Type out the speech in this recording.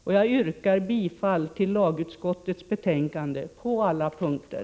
Med det yrkar jag bifall till lagutskottets betänkande på alla punkter.